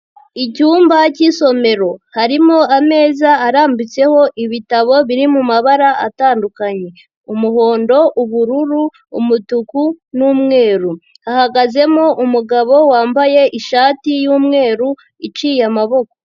Icyumba cy'isomero, harimo ameza arambitseho ibitabo biri mu mabara atandukanye. Umuhondo, Ubururu, Umutuku n'Umweru, hahagazemo umugabo wambaye ishati y'umweru, iciye amaboko.